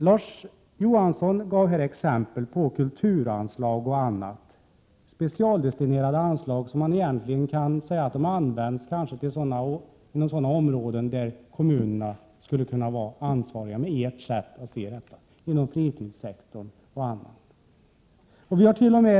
Larz Johansson gav här exempel på kulturanslag och andra specialdestinerade anslag som man kan säga används inom sådana områden där kommunerna — med ert sätt att se detta — skulle kunna vara ansvariga, inom fritidssektorn m.m. Vi hart.o.m.